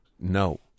no